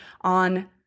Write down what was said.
on